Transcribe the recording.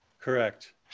Correct